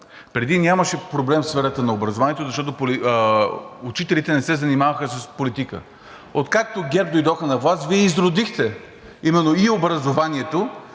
Преди нямаше проблем в сферата на образованието, защото учителите не се занимаваха с политика. Откакто ГЕРБ дойдоха на власт, Вие изродихте именно и образованието,